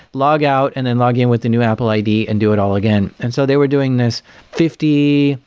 logout, and then log in with the new apple id and do it all again. and so they were doing this fifty,